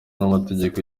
n’amategeko